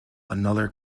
another